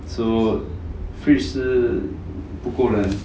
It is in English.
so fridge 是不够冷